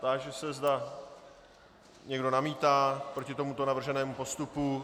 Táži se, zda někdo namítá proti tomuto navrženému postupu.